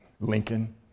Lincoln